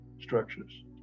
structures